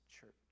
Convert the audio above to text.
church